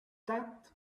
that